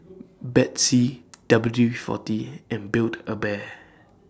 Betsy W forty and Build A Bear